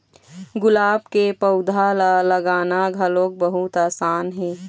गुलाब के पउधा ल लगाना घलोक बहुत असान हे